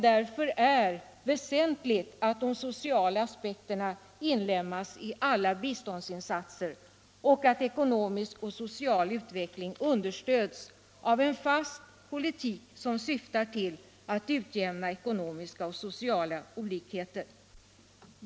Därför är det väsentligt att de sociala aspekterna inlemmas i alla biståndsinsatser och att ekonomisk och social utveckling understöds och att en fast politik förs som syftar till att utjämna ekonomiska och sociala olikheter.